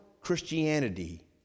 Christianity